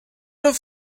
have